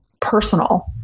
personal